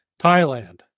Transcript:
Thailand